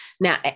Now